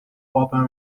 open